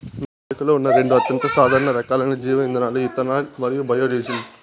నేడు వాడుకలో ఉన్న రెండు అత్యంత సాధారణ రకాలైన జీవ ఇంధనాలు ఇథనాల్ మరియు బయోడీజిల్